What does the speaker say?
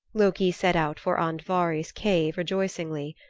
loki set out for andvari's cave rejoicingly.